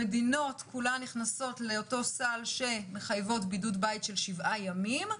המדינות כולן נכנסות לאותו סל שמחייב בידוד בית של שבעה ימים,